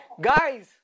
Guys